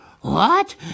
What